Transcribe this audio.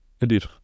indeed